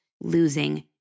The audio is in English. losing